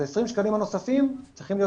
אז ה-20 שקלים הנוספים צריכים להיות